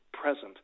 present